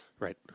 Right